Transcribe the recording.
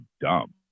dumb